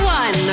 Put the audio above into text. one